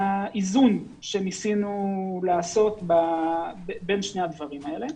לאיזון שניסינו לעשות בין שני הדברים האלה.